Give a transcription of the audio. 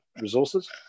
resources